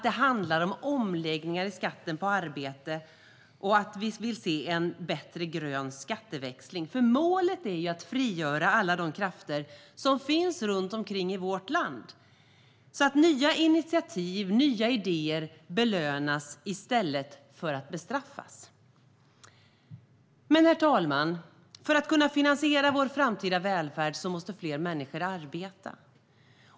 Det handlar om omläggningar av skatten på arbete och om att vi vill se en bättre grön skatteväxling. Målet är nämligen att frigöra alla de krafter som finns runt omkring i vårt land, så att nya initiativ och nya idéer belönas i stället för att bestraffas. Men, herr talman, för att kunna finansiera vår framtida välfärd måste fler människor arbeta.